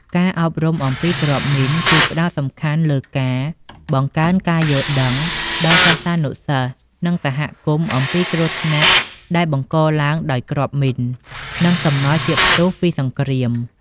ការអប់រំអំពីគ្រាប់មីន គឺផ្ដោតសំខាន់លើការ បង្កើនការយល់ដឹង ដល់សិស្សានុសិស្ស និងសហគមន៍អំពីគ្រោះថ្នាក់ដែលបង្កឡើងដោយគ្រាប់មីន និងសំណល់ជាតិផ្ទុះពីសង្គ្រាម។